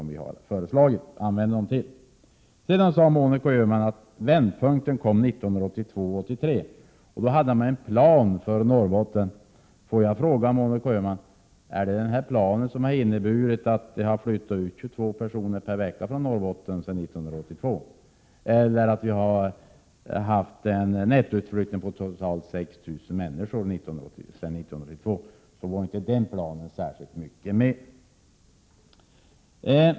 Monica Öhman sade att vändpunkten kom 1982-1983 och att man då hade en plan för Norrbotten. Får jag fråga Monica Öhman: Är det den planen som har inneburit att 22 personer per vecka har flyttat ut från Norrbotten sedan 1982 eller att nettoutflyttningen varit totalt 6 000 personer sedan 1982? Då var det inte särskilt mycket med den planen!